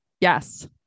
Yes